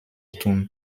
tun